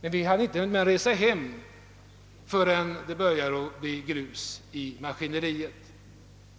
Men vi hade inte mer än hunnit resa hem förrän det började blir grus i maskineriet.